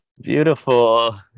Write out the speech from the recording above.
Beautiful